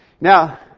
Now